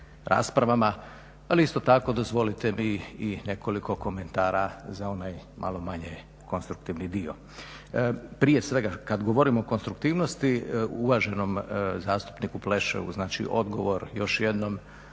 raspravama, ali isto tako dozvolite mi i nekoliko komentara za onaj malo manje konstruktivan dio. Prije svega, kada govorim o konstruktivnosti, uvaženom zastupniku Plešeu, znači odgovor još jednom,